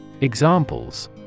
examples